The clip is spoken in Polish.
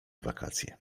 wakacje